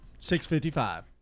655